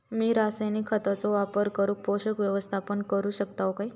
मी रासायनिक खतांचो वापर करून पोषक व्यवस्थापन करू शकताव काय?